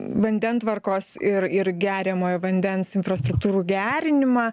vandentvarkos ir ir geriamojo vandens infrastruktūrų gerinimą